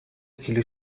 کیلو